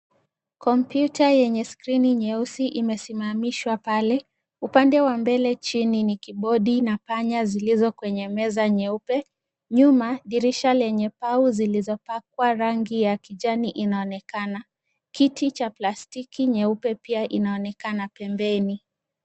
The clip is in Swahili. Computer yenye skrini nyeusi imesimamishwa pale. Upande wa mbele chini ni kibodi na panya zilizo kwenye meza nyeupe. Nyuma, dirisha lenye pau zilizopakwa rangi ya kijani inaonekana. Kiti cha plastiki nyeupe pia inaonekana pembeni.